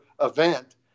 event